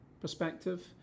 perspective